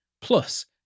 plus